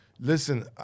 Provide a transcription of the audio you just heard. Listen